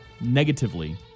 negatively